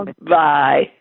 Bye